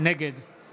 נגד